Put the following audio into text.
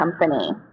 company